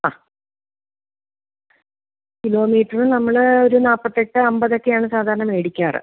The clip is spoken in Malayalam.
ആ കിലോമീറ്റർ നമ്മൾ ഒരു നാല്പത്തെട്ട് അമ്പതൊക്കെയാണ് സാധാരണ മേടിക്കാറ്